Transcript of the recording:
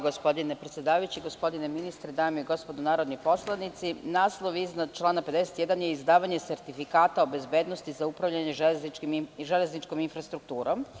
Gospodine ministre, dame i gospodo narodni poslanici, naslov iznad člana 51. je – Izdavanje sertifikata o bezbednosti za upravljanje železničkom infrastrukturom.